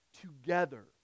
together